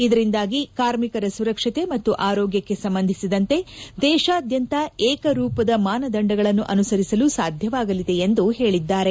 ಇದರಿಂದಾಗಿ ಕಾರ್ಮಿಕರ ಸುರಕ್ಷತೆ ಮತ್ತು ಆರೋಗ್ಯಕ್ಕೆ ಸಂಬಂಧಿಸಿದಂತೆ ದೇಶಾದ್ಯಂತ ಏಕರೂಪದ ಮಾನದಂಡಗಳನ್ನು ಅನುಸರಿಸಲು ಸಾಧ್ಯವಾಗಲಿದೆ ಎಂದು ಹೇಳಿದ್ದಾರೆ